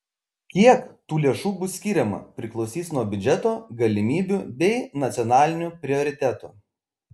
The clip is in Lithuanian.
kiek tų lėšų bus skiriama priklausys nuo biudžeto galimybių bei nacionalinių prioritetų